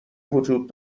وجود